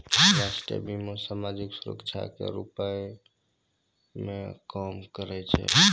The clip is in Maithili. राष्ट्रीय बीमा, समाजिक सुरक्षा के रूपो मे काम करै छै